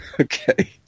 Okay